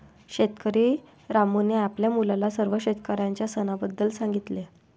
शेतकरी रामूने आपल्या मुलाला सर्व शेतकऱ्यांच्या सणाबद्दल सांगितले